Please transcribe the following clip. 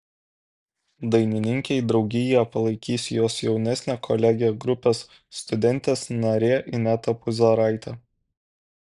dainininkei draugiją palaikys jos jaunesnė kolegė grupės studentės narė ineta puzaraitė